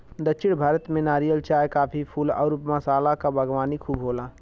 दक्षिण भारत में नारियल, चाय, काफी, फूल आउर मसाला क बागवानी खूब होला